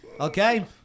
Okay